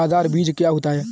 आधार बीज क्या होता है?